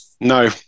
No